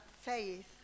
faith